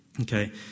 okay